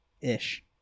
Ish